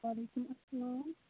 وعلیکُم السلام